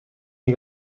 les